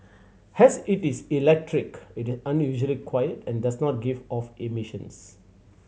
as it is electric it is unusually quiet and does not give off emissions